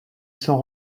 sont